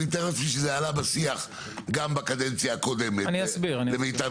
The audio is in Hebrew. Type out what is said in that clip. אני מתאר לעצמי שזה עלה בשיח גם בקדנציה הקודמת למיטב